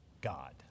God